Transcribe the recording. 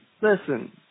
listen